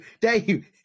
Dave